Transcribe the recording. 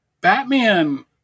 Batman